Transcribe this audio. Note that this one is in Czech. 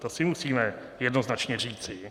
To si musíme jednoznačně říci.